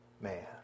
man